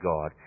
God